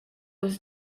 was